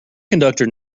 conductor